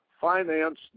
finance